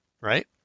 right